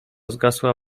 zgasła